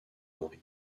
mari